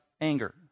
anger